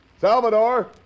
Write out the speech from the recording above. Salvador